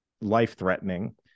life-threatening